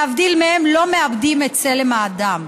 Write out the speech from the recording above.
להבדיל מהם, לא מאבדים את צלם האדם.